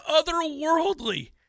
otherworldly